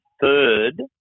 third